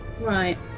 Right